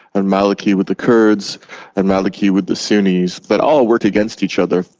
and maliki with the kurds and maliki with the sunnis, that all worked against each other.